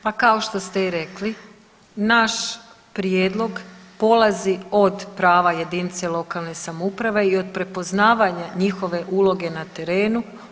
Pa kao što ste i rekli, naš prijedlog polazi od prava jedinice lokalne samouprave i od prepoznavanja njihove uloge na terenu.